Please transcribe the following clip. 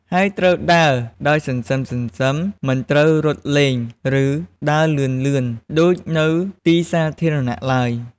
ហើយត្រូវដើរដោយសន្សឹមៗ មិនត្រូវរត់លេង ឬដើរលឿនៗដូចនៅទីសាធារណៈឡើយ។